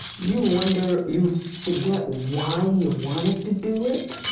you wonder, you forget why you wanted to do it